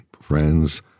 friends